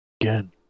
Again